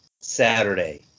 Saturday